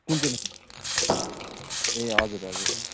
कुन चाहिँ ए हजुर हजुर